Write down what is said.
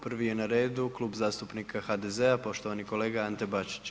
Prvi je na redu Klub zastupnika HDZ-a, poštovani kolega Ante Bačić.